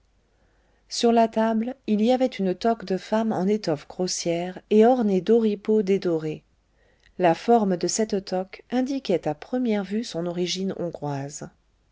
sur la table il y avait une toque de femme en étoffe grossière et ornée d'oripeaux dédorés la forme de cette toque indiquait à première vue son origine hongroise